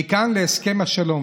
תהיה בריא.